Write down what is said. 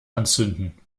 anzünden